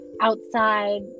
outside